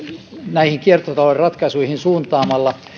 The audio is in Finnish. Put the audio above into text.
näihin kiertotalouden ratkaisuihin